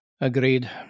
Agreed